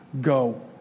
go